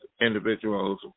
individuals